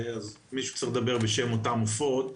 מישהו צריך לדבר בשם אותם עופות.